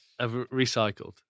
recycled